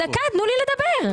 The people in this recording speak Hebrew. דקה, תנו לי לדבר.